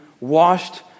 washed